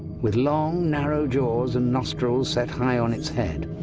with long, narrow jaws and nostrils set high on its head.